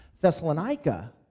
Thessalonica